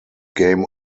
game